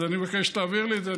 אז אני מבקש שתעביר לי את זה,